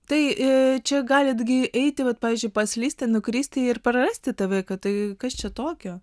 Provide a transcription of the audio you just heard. tai čia galit gi eiti vat pavyzdžiui paslysti nukristi ir prarasti tave kad tai kas čia tokio